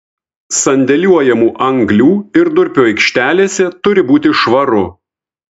sandėliuojamų anglių ir durpių aikštelėse turi būti švaru